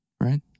right